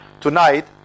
tonight